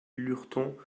lurton